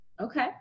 Okay